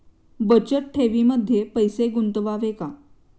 बचत ठेवीमध्ये पैसे गुंतवावे का?